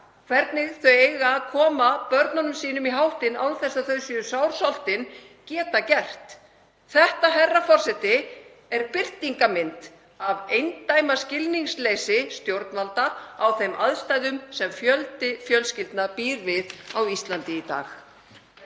hvernig það á að koma börnum sínum í háttinn án þess að þau séu sársoltin, getur gert. Þetta, herra forseti, er birtingarmynd af eindæma skilningsleysi stjórnvalda á þeim aðstæðum sem fjöldi fjölskyldna býr við á Íslandi í dag.